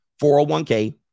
401k